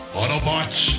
Autobots